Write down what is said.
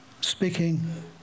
speaking